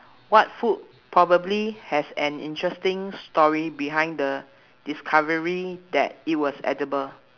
what food probably has an interesting story behind the discovery that it was edible